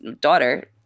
daughter